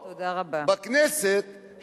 בכנסת,